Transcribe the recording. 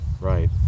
right